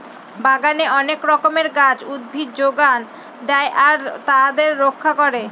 বাগানে অনেক রকমের গাছ, উদ্ভিদ যোগান দেয় আর তাদের রক্ষা করে